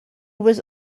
was